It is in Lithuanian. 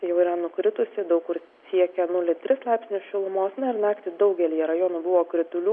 jau yra nukritusi daug kur siekia nulį tris laipsnius šilumos na ir naktį daugelyje rajonų buvo kritulių